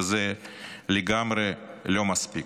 וזה לגמרי לא מספיק.